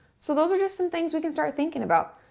so, those are just some things we can start thinking about.